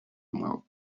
mouth